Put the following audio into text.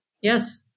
Yes